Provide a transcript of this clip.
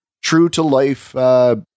true-to-life